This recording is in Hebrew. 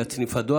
ליד סניף הדואר,